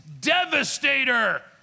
devastator